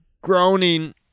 groaning